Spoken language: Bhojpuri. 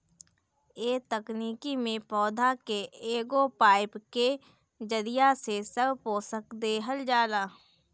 ए तकनीकी में पौधा के एगो पाईप के जरिया से सब पोषक देहल जाला